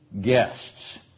guests